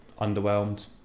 underwhelmed